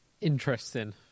Interesting